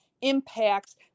impacts